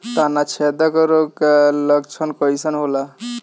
तना छेदक रोग का लक्षण कइसन होला?